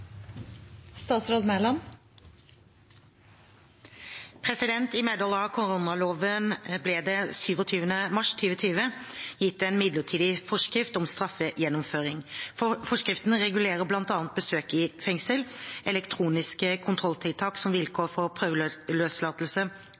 I medhold av koronaloven ble det 27. mars 2020 gitt en midlertidig forskrift om straffegjennomføring. Forskriften regulerer bl.a. besøk i fengsel, elektroniske kontrolltiltak som